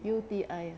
U_T_I